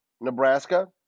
Nebraska